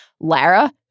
Lara